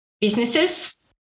businesses